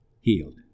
healed